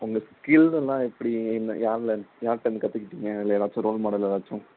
உங்கள் ஸ்கில் எல்லாம் எப்படி இல்லை யாரால் யார்கிட்டருந்து கற்றுக்கிட்டிங்க இல்லை யாராச்சும் ரோல்மாடல் யாராச்சும்